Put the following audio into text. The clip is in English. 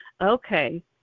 Okay